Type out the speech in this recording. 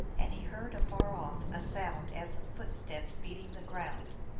and he heard afar off a sound as of footsteps beating the ground.